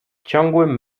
ciągłym